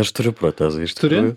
aš turiu protezą iš tikrųjų